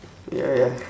ya ya